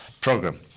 program